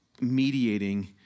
mediating